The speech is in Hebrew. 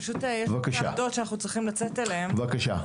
בבקשה,